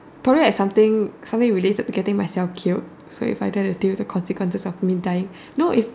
probably like something something related to getting myself killed so I don't have to deal with the consequences of myself dying no it's